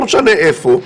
לא משנה איפה,